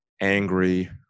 angry